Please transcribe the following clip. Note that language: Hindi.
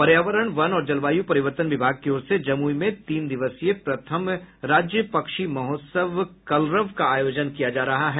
पर्यावरण वन और जलवायू परिवर्तन विभाग की ओर से जमुई में तीन दिवसीय प्रथम राज्य पक्षी महोत्सव कलरव का आयोजन किया जा रहा है